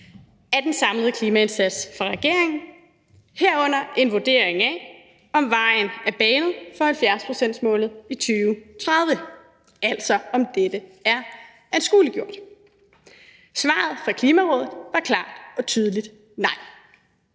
af den samlede klimaindsats fra regeringen, herunder en vurdering af, om vejen er banet for 70-procentsmålet i 2030, altså om dette er anskueliggjort. Svaret fra Klimarådet var klart og tydeligt: nej.